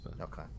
Okay